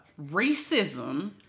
racism